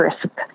crisp